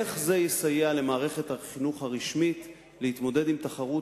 איך זה יסייע למערכת החינוך הרשמית להתמודד עם תחרות